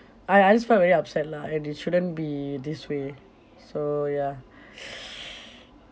I I just felt very upset lah and it shouldn't be this way so ya